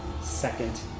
second